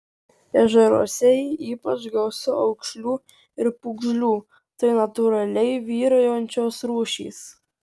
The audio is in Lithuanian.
ežeruose ypač gausu aukšlių ir pūgžlių tai natūraliai vyraujančios rūšys